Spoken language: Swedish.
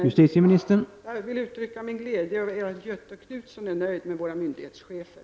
Herr talman! Jag vill uttrycka min glädje över att även Göthe Knutson är